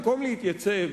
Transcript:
במקום להתייצב,